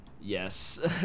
Yes